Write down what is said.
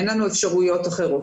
אין לנו אפשרויות אחרות.